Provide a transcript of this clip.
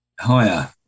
higher